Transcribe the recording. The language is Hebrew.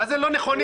מה זה לא נכונים?